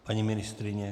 Paní ministryně?